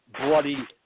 Bloody